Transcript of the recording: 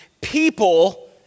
people